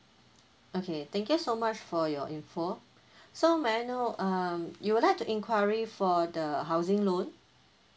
okay thank you so much for your info so may I know um you would like to inquiry for the housing loan